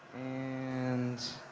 and,